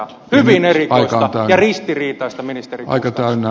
hyvin erikoista ja ristiriitaista ministeri gustafsson